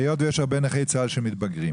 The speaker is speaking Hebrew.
היות ויש הרבה נכי צה"ל שמתבגרים,